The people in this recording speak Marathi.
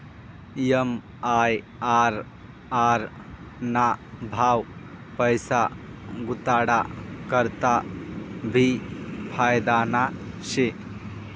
एम.आय.आर.आर ना भाव पैसा गुताडा करता भी फायदाना शे